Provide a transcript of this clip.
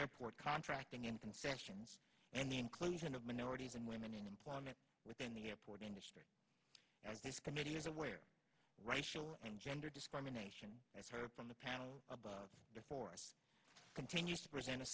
airport contracting and concessions and the inclusion of minorities and women in employment within the airport industry and this committee is aware racial and gender discrimination and sort of from the panel above the force continues to present a